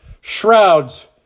shrouds